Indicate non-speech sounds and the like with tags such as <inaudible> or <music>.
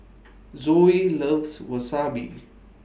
<noise> Zoe loves Wasabi